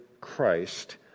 Christ